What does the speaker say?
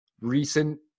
recent